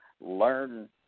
Learn